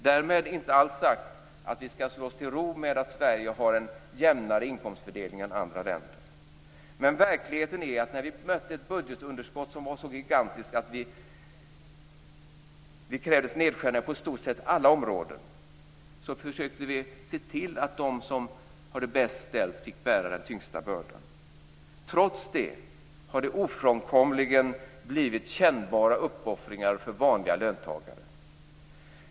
Därmed inte alls sagt att vi skall slå oss till ro med att Sverige har en jämnare inkomstfördelning än andra länder. Men verkligheten är att när vi mötte ett budgetunderskott som var så gigantiskt att det krävdes nedskärningar på i stort sett alla områden försökte vi se till att de som har det bäst ställt fick bära den tyngsta bördan. Trots det har det ofrånkomligen blivit kännbara uppoffringar för vanliga löntagare.